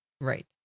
Right